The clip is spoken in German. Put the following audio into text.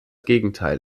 gegenteil